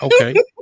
okay